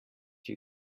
you